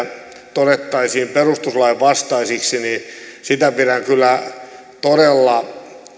todettaisiin perustuslain vastaisiksi sitä pidän kyllä todella